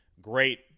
great